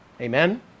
Amen